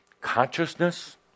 consciousness